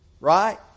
Right